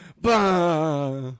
Bah